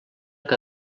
que